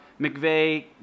McVeigh